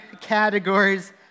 categories